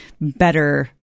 better